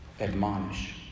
admonish